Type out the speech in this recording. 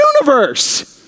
universe